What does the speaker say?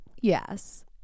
yes